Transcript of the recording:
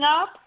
up